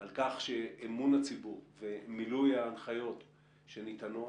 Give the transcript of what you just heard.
על כך שאמון הציבור ומילוי הנחיות שניתנות